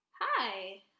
hi